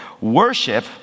Worship